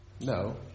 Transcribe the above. No